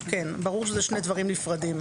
ברור שזה שני דברים נפרדים.